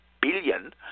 billion